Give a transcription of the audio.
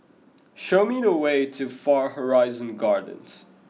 show me the way to Far Horizon Gardens